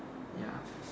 ya